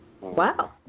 Wow